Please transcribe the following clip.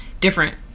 different